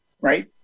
right